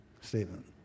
statement